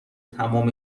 تمام